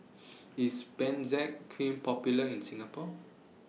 IS Benzac Cream Popular in Singapore